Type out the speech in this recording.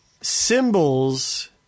symbols